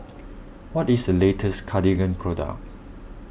what is the latest Cartigain product